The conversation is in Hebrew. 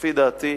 לפי דעתי,